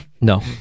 No